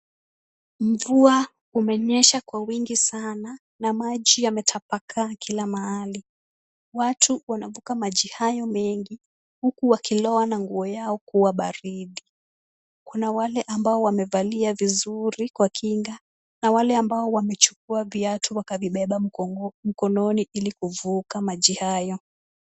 Mvua umenyesha kwa wingi sana na maji yametapakaa kila mahali. Watu wanavuka maji hayo mengi huku wakilowa na nguo yao kuwa baridi. Kuna wale ambao wamevalia vizuri kwa kinga na wale ambao wamechukua viatu wakavibeba mkononi ili kuvuka maji haya.